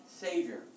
savior